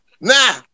now